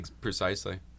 Precisely